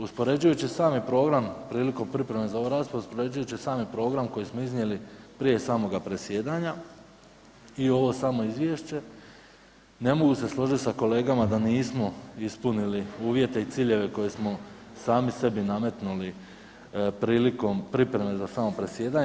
Uspoređujući sami program prilikom pripreme za ovu raspravu, uspoređujući sami program koji smo iznijeli prije samoga predsjedanja i ovo samo izvješće, ne mogu se složiti sa kolegama da nismo ispunili uvjete i ciljeve koje smo sami sebi nametnuli prilikom pripreme za samopredsjedanje.